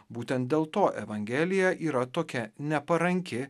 būtent dėl to evangelija yra tokia neparanki